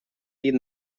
dit